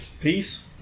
Peace